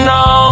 no